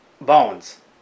bones